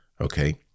okay